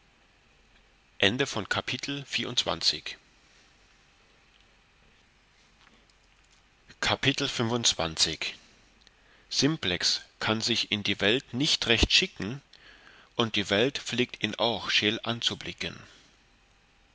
simplex kann sich in die welt nicht recht schicken und die welt pflegt ihn auch scheel anzublicken